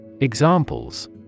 Examples